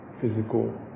physical